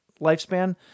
lifespan